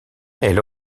elle